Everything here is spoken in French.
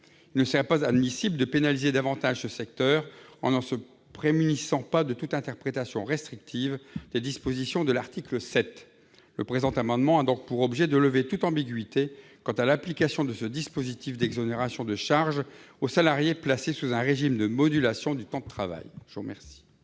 Il ne serait pas admissible de pénaliser davantage ce secteur, en ne se prémunissant pas de toute interprétation restrictive des dispositions de l'article 7. L'amendement a donc pour objet de lever toute ambiguïté quant à l'application de ce dispositif d'exonération de charges aux salariés placés sous un régime de modulation du temps de travail.